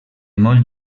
molt